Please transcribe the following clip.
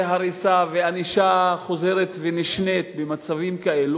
הריסה וענישה חוזרת ונשנית במצבים כאלה.